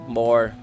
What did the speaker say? more